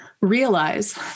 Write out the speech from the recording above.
Realize